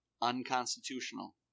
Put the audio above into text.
unconstitutional